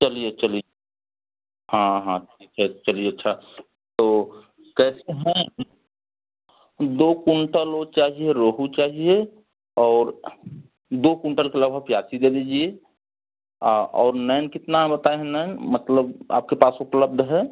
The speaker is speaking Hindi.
चलिए चलिए हाँ हाँ ठीक है चलिए अच्छा तो कैसे हैं दो कुंटल वो चाहिए रोहू चाहिए और दो कुंटल के लगभग प्यासी दे दीजिए आ और नयन कितना बताए हैं नयन मतलब आपके पास उपलब्ध है